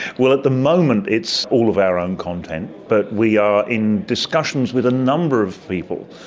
well, at the moment it's all of our own content, but we are in discussions with a number of people,